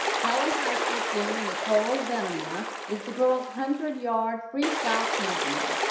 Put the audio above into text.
kellam high school senior nicole venom, a is the girl's hundred yard freestyle champion.